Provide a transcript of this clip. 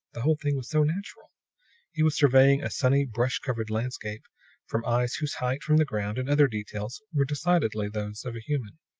the whole thing was so natural he was surveying a sunny, brush-covered landscape from eyes whose height from the ground, and other details, were decidedly those of a human.